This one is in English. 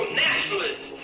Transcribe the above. nationalists